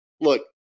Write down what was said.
look